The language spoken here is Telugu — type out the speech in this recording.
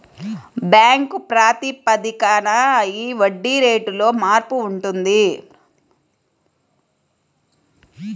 బ్యాంక్ ప్రాతిపదికన ఈ వడ్డీ రేటులో మార్పు ఉంటుంది